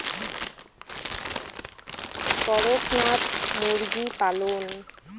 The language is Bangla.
করকনাথ মুরগি পালন?